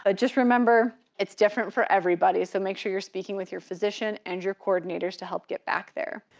ah just remember, it's different for everybody. so make sure you're speaking with your physician and your coordinators to help get back there.